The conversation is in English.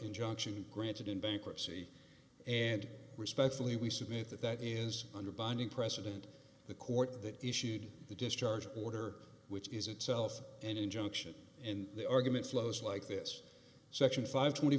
injunction granted in bankruptcy and respectfully we submit that that is under binding precedent the court that issued the discharge order which is itself an injunction in the argument flows like this section five twenty